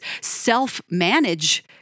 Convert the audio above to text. self-manage